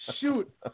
shoot